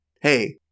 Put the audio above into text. hey